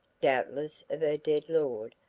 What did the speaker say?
doubtless of her dead lord,